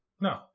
No